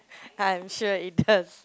I'm sure it does